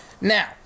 Now